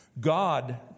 God